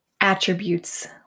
attributes